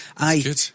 Good